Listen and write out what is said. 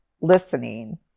listening